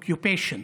occupation.